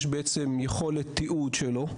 יש יכולת תיעוד שלו,